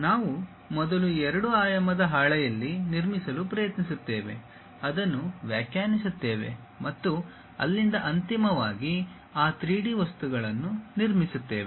ನಾವು ಮೊದಲು ಎರಡು ಆಯಾಮದ ಹಾಳೆಯಲ್ಲಿ ನಿರ್ಮಿಸಲು ಪ್ರಯತ್ನಿಸುತ್ತೇವೆ ಅದನ್ನು ವ್ಯಾಖ್ಯಾನಿಸುತ್ತೇವೆ ಮತ್ತು ಅಲ್ಲಿಂದ ಅಂತಿಮವಾಗಿ ಆ 3D ವಸ್ತುಗಳನ್ನು ನಿರ್ಮಿಸುತ್ತೇವೆ